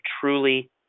truly